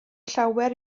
llawer